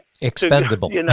Expendable